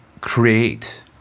create